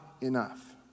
enough